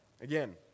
again